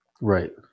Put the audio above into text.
Right